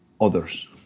others